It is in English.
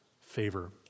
favor